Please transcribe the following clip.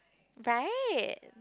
right